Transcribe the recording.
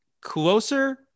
closer